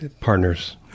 partners